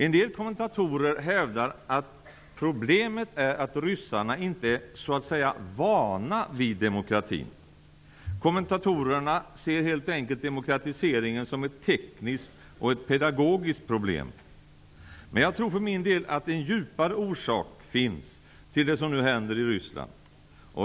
En del kommentatorer hävdar att problemet är att ryssarna inte är så att säga vana vid demokrati. Kommentatorerna ser helt enkelt demokratiseringen som ett tekniskt och pedagogiskt problem. Men jag tror för min del att en djupare orsak finns till det som nu händer i Ryssland.